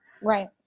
Right